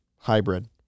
hybrid